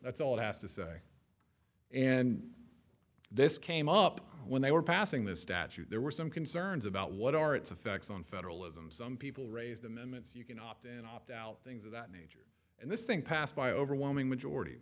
that's all it has to say and this came up when they were passing this statute there were some concerns about what are its effects on federalism some people raised amendments you can opt in opt out things of that nature and this thing passed by overwhelming majority